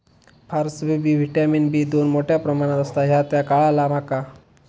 फारसबी vitamin B दोन मोठ्या प्रमाणात असता ह्या आता काळाला माका